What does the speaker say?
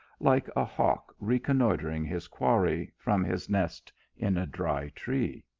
like a hawk reconnoitring his quarry from his nest in a dry tree.